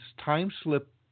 time-slip